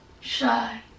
shy